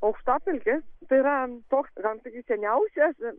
aukštapelkės tai yra toks galima sakyti seniausias